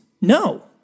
No